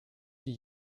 die